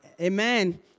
Amen